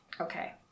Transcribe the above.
okay